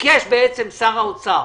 ביקש שר האוצר